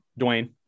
Dwayne